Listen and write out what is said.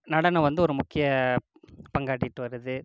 நடனம் வந்து ஒரு முக்கிய பங்காற்றிட்டு வருது